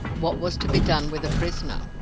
what was to be done with the prisoner?